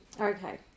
Okay